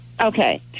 Okay